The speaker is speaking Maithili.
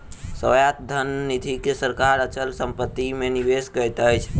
स्वायत्त धन निधि के सरकार अचल संपत्ति मे निवेश करैत अछि